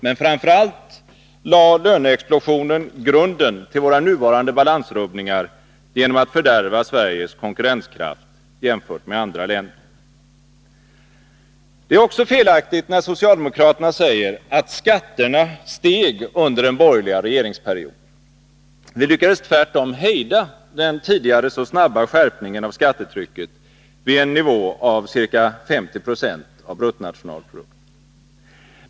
Men framför allt lade löneexplosionen grunden till våra nuvarande balansrubbningar genom att fördärva Sveriges konkurrenskraft jämfört med andra länders. Det är också felaktigt när socialdemokraterna säger att skatterna steg under den borgerliga regeringsperioden. Vi lyckades tvärtom hejda den tidigare så snabba skärpningen av skattetrycket vid en nivå av ca 50 96 av BNP.